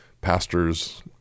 pastors